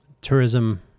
tourism